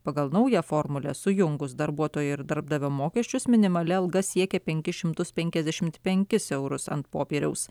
pagal naują formulę sujungus darbuotojo ir darbdavio mokesčius minimali alga siekia penkis šimtus penekiasdešimt penkis eurus ant popieriaus